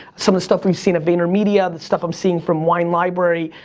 some of the stuff we've seen at vaynermedia, the stuff i'm seeing from wine library,